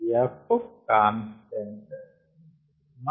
F constant So to minimize V we need to maximize D if F is a constant